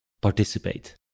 participate